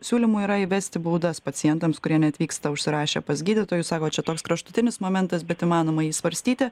siūlymų yra įvesti baudas pacientams kurie neatvyksta užsirašę pas gydytojus sako čia toks kraštutinis momentas bet įmanoma jį svarstyti